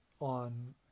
on